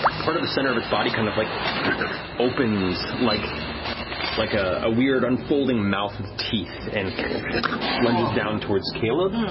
part of the center of its body kind of like opens, like like ah a weird, unfolding mouth with teeth, and lunges down towards caleb. laura